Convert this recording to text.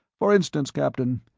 for instance, captain,